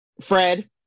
fred